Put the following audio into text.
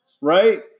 right